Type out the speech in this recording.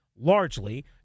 largely